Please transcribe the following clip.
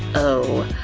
oh,